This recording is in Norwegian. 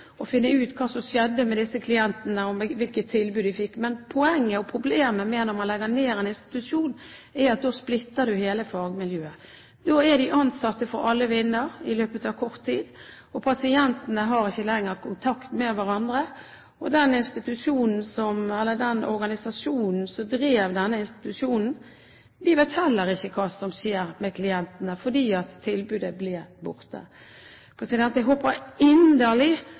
finne ut hva som skjedde med disse klientene, og hvilket tilbud de fikk. Problemet er at når man legger ned en institusjon, da splitter man hele fagmiljøet. Da er de ansatte spredt for alle vinder i løpet av kort tid, og pasientene har ikke lenger kontakt med hverandre. Organisasjonen som drev denne institusjonen, vet heller ikke hva som skjer med klientene, fordi tilbudet blir borte. Jeg håper